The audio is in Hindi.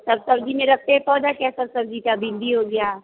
सब सब्जी नहीं रखते हैं पौधा क्या सब सब्जी का भिंडी हो गया